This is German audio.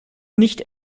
nicht